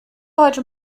heute